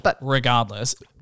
regardless